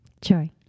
Joy